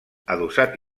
adossat